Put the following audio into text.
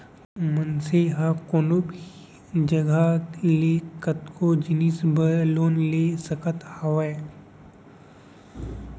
मनसे ह कोनो भी जघा ले कतको जिनिस बर लोन ले सकत हावय